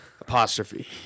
Apostrophe